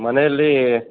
ಮನೆಯಲ್ಲಿ